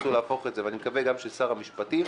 אני מקווה גם של שר המשפטים,